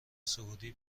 سعودی